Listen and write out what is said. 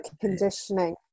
conditioning